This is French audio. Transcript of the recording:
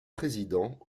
présidents